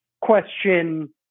question